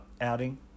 outing